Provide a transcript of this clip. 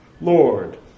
Lord